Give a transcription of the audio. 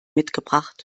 mitgebracht